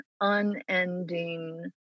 unending